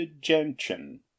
gentian